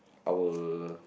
our